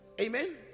amen